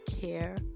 care